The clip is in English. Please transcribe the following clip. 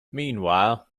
meanwhile